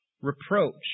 reproach